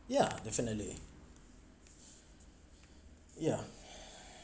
yeah definitely yeah